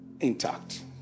intact